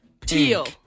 Teal